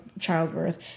childbirth